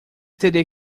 teria